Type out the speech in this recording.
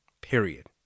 Period